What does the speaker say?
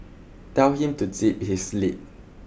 tell him to zip his lip